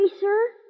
sir